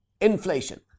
inflation